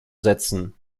setzen